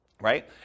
right